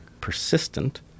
persistent